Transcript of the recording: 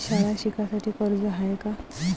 शाळा शिकासाठी कर्ज हाय का?